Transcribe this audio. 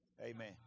Amen